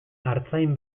artzain